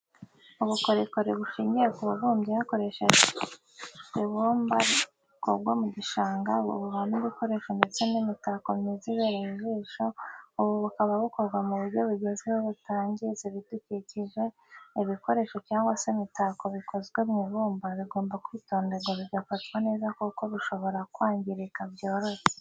Ubukorikori bushingiye ku bubumbyi hakoreshejwe ibumba rikurwa mu gishanga, buvamo ibikoresho ndetse n'imitako myiza ibereye ijisho, ubu bukaba bukorwa mu buryo bugezweho butangiza ibidukikije, ibikoresho cyangwa se imitako bikozwe mu ibumba, bigomba kwitonderwa bigafatwa neza kuko bishobora kwangirika byoroshye